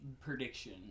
prediction